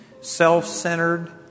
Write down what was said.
self-centered